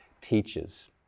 teachers